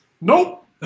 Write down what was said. Nope